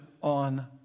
on